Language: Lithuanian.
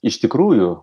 iš tikrųjų